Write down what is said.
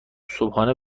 صبحانه